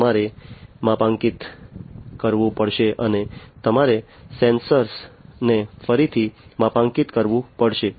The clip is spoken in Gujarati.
તેથી તમારે માપાંકિત કરવું પડશે અને તમારે સેન્સર ને ફરીથી માપાંકિત કરવું પડશે